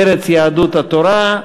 מרצ ויהדות התורה.